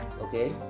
okay